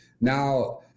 Now